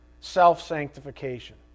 self-sanctification